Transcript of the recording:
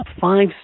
five